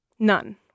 None